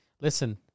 Listen